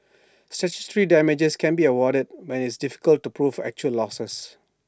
statutory damages can be awarded when IT is difficult to prove actual losses